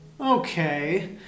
okay